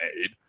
made